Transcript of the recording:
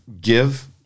give